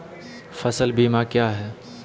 फ़सल बीमा क्या है?